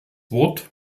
wort